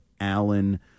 Allen